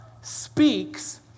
speaks